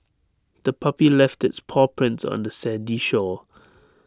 the puppy left its paw prints on the sandy shore